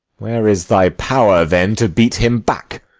where is thy power, then, to beat him back?